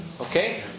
Okay